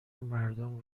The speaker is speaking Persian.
مردم